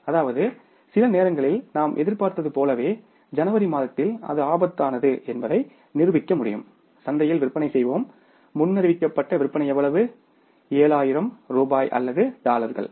அதாவது சில நேரங்களில்நாம் எதிர்பார்த்தது போலவே ஜனவரி மாதத்தில் அது ஆபத்தானது என்பதை நிரூபிக்க முடியும் சந்தையில் விற்பனை செய்வோம் முன்னறிவிக்கப்பட்ட விற்பனை எவ்வளவு 700 ஆயிரம் ரூபாய் அல்லது டாலர்கள் இருக்கும்